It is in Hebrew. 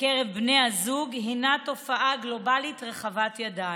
בקרב בני זוג הינה תופעה גלובלית רחבת ידיים.